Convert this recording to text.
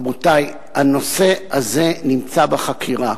רבותי, הנושא הזה נמצא בחקירה,